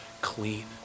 clean